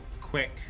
quick